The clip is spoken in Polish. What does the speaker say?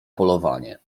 polowanie